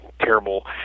terrible